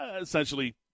essentially